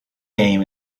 game